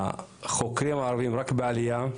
החוקרים הערבים רק בעלייה.